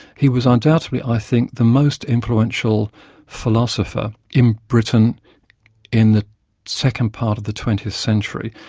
he was undoubtedly i think the most influential philosopher in britain in the second part of the twentieth century.